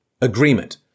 agreement